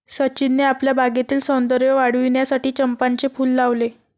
सचिनने आपल्या बागेतील सौंदर्य वाढविण्यासाठी चंपाचे फूल लावले